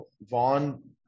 Vaughn